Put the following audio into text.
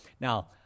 Now